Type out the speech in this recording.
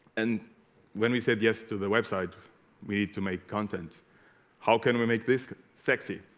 and when we said yes to the website we need to make content how can we make this sexy